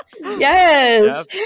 yes